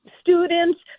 students